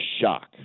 shock